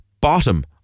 bottom